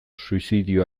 suizidio